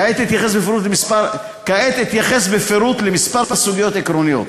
כעת אתייחס בפירוט לכמה סוגיות עקרוניות.